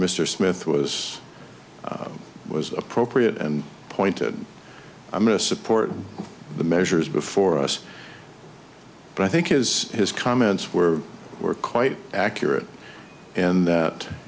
mr smith was it was appropriate and pointed i'm going to support the measures before us but i think his his comments were were quite accurate in that